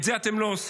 את זה אתם לא עושים.